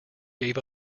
gave